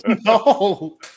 No